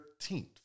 13th